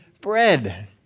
bread